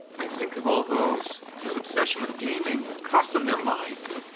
i think of all those whose obsession with gaming cost them their minds.